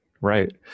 right